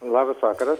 labas vakaras